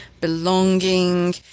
belonging